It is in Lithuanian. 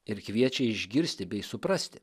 ir kviečia išgirsti bei suprasti